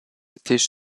étaient